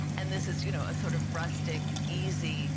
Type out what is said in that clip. and this is, you know, a sort of rustic, easy